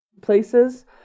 places